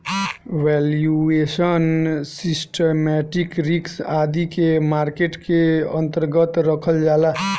valuation, systematic risk आदि के market के अन्तर्गत रखल जाला